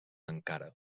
encara